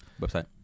Website